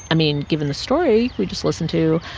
i mean, given the story we just listened to,